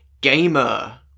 Gamer